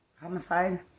Homicide